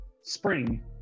spring